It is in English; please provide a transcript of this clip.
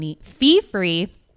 fee-free